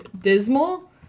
dismal